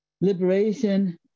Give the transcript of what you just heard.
liberation